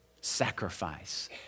sacrifice